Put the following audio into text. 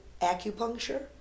acupuncture